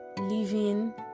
Living